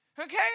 Okay